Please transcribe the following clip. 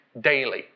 daily